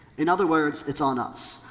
in other words, it's on us.